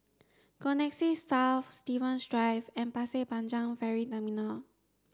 Connexis South Stevens Drive and Pasir Panjang Ferry Terminal